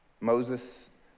Moses